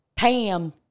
Pam